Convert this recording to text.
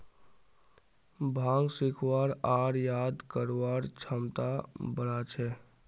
भांग सीखवार आर याद करवार क्षमता बढ़ा छे